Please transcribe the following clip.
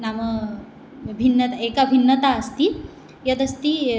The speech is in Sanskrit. नाम विभिन्न एका भिन्नता अस्ति यदस्ति